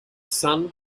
son